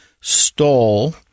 stole